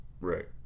Right